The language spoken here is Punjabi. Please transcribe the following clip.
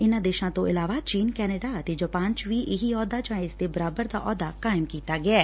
ਇਨ੍ਹਾਂ ਦੇਸ਼ਾਂ ਤੋਂ ਇਲਾਵਾ ਚੀਨ ਕੈਨੇਡਾ ਅਤੇ ਜਪਾਨ ਚ ਵੀ ਇਹੀ ਅਹੁਦਾ ਜਾ ਇਸ ਦੀ ਬਰਾਬਰ ਦਾ ਅਹੁਦਾ ਕਾਇਮ ਕੀਤਾ ਗਿਐ